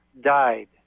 died